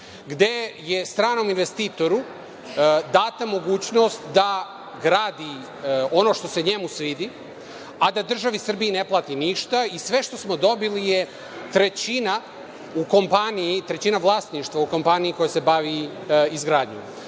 gde je stranom investitoru data mogućnost da gradi ono što se njemu svidi, a da državi Srbiji ne plati ništa i sve što smo dobili je trećina vlasništva u kompaniji koja se bavi izgradnjom. Mi